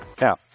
Now